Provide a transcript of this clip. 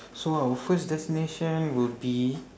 so our first destination will be